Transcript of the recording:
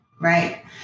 right